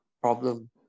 problem